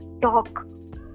talk